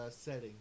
setting